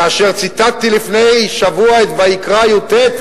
כאשר ציטטתי לפני שבוע את ויקרא י"ט,